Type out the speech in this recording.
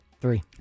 three